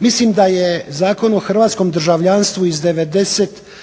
Mislim da je Zakon o hrvatskom državljanstvu iz